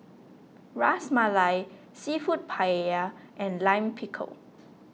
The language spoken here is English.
Ras Malai Seafood Paella and Lime Pickle